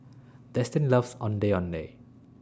Destin loves Ondeh Ondeh